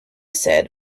said